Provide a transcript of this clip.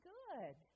good